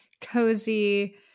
Cozy